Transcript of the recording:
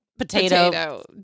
Potato